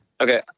Okay